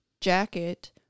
jacket